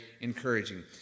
encouraging